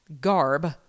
garb